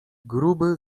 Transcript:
gruby